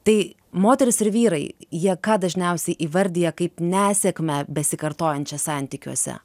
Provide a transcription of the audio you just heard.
tai moterys ir vyrai jie ką dažniausiai įvardija kaip nesėkmę besikartojančias santykiuose